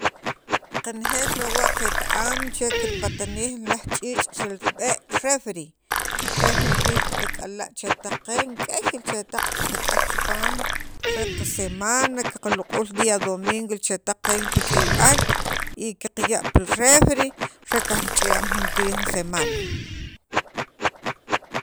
qanejeel lowa' qet- am che kirpatnij laj ch'iich' che rib'e' refri re juntir kik'al la chetaq qeen k'ey li chetaq qak'al chipaam re qasemana qaqlaq'uul día domingo chetaq qeen pi k'iyb'al y qaya' pi refri re kajrichi'an juntir jun semana.